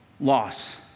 loss